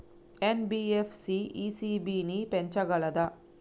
NBFC ECB ని పెంచగలదా?